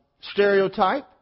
stereotype